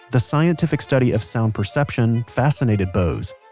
the scientific study of sound perception, fascinated bose.